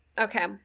okay